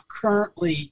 currently